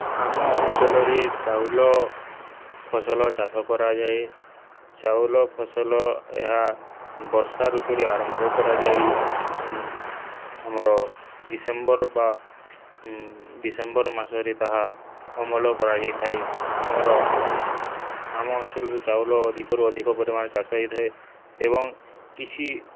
ଆମ ଅଞ୍ଚଳରେ ଚାଉଳ ଫସଲ ଚାଷ କରାଯାଏ ଚାଉଳ ଫସଲ ଏହା ବର୍ଷା ଋତୁରେ ଆରମ୍ଭ କରାଯାଇ ଆମର ଡିସେମ୍ବର୍ ବା ଡିସେମ୍ବର୍ ମାସରେ ତାହା ଅମଳ କରାଯାଇଥାଏ ଆମର ଆମ ଅଞ୍ଚଳରେ ଚାଉଳ ଅଧିକରୁ ଅଧିକ ପରିମାଣରେ ଚାଷ ହୋଇଥାଏ ଏବଂ କିଛି